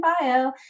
bio